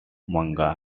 manga